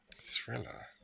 Thriller